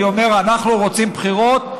אני אומר: אנחנו רוצים בחירות.